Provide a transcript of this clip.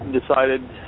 decided